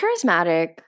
charismatic